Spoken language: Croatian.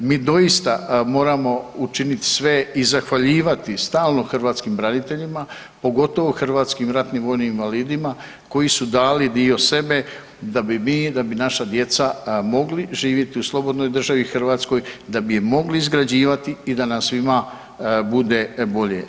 Mi doista moramo učiniti sve i zahvaljivati stalno hrvatskim braniteljima pogotovo hrvatskim ratnim vojnim invalidima koji su dali dio sebe da bi mi, da bi naša djeca m mogli živjeti u slobodnoj državi Hrvatskoj, da bi je mogli izgrađivati i da nam svima bude bolje.